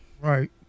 Right